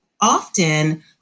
often